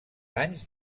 anys